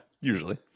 usually